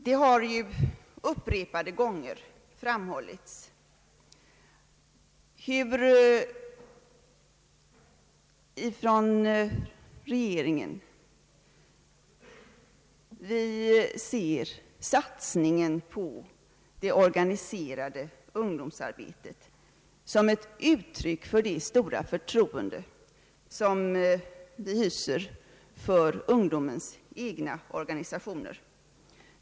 Det har upprepade gånger framhållits hurusom vi inom regeringen ser satsningen på det organiserade ungdomsarbetet som ett uttryck för det stora förtroende som vi hyser för ungdo mens egna organisationer.